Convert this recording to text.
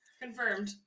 Confirmed